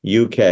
uk